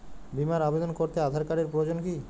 বিমার আবেদন করতে আধার কার্ডের প্রয়োজন কি?